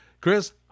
Chris –